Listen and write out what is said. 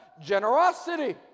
generosity